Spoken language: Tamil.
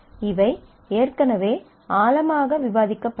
இவை ஏற்கனவே ஆழமாக விவாதிக்கப்படவில்லை